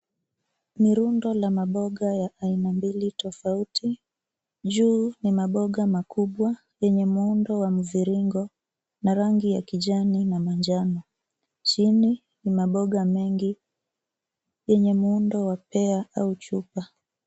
Ni rundo la mamboga ya aina mbili tofauti. Juu ni mamboga makubwa yenye muundo wa mviringo na rangi ya kijani na manjano. Chini ni mamboga mengi, yenye muundo wa pea au chupa.